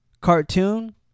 cartoon